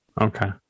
Okay